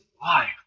life